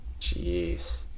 Jeez